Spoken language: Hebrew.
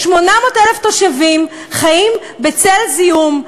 800,000 תושבים חיים בצל זיהום,